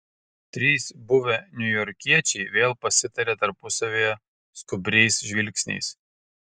trys buvę niujorkiečiai vėl pasitarė tarpusavyje skubriais žvilgsniais